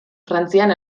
frantzian